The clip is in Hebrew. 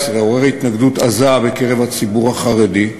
19 עורר התנגדות עזה בקרב הציבור החרדי,